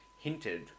hinted